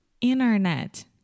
internet